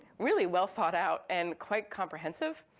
really well thought out and quite comprehensive.